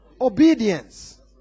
obedience